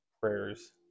prayers